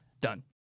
done